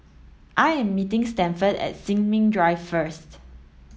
I am meeting Stafford at Sin Ming Drive first